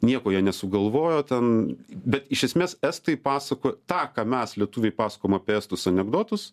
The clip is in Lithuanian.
nieko jie nesugalvojo ten bet iš esmės estai pasako tą ką mes lietuviai pasakojam apie estus anekdotus